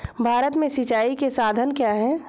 भारत में सिंचाई के साधन क्या है?